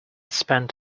spend